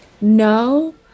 no